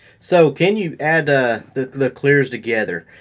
so can you add ah the the clears together?